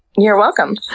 you're welcome.